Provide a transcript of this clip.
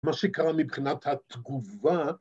‫מה שקרה מבחינת התגובה.